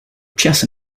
chess